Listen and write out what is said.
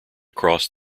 across